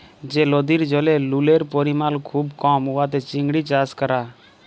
যে লদির জলে লুলের পরিমাল খুব কম উয়াতে চিংড়ি চাষ ক্যরা